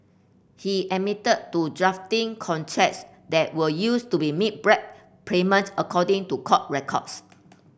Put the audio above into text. he admitted to drafting contracts that were used to be make bribe payment according to court records